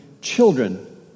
children